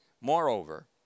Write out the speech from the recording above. Moreover